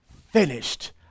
finished